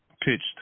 pitched